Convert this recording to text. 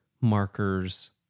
markers